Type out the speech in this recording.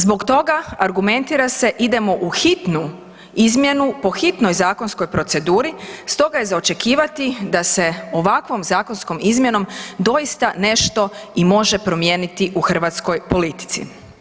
Zbog toga, argumentira se, idemo u hitnu izmjenu po hitnoj zakonskoj proceduri, stoga je za očekivati da se ovakvom zakonskom izmjenom doista nešto i može promijeniti u hrvatskoj politici.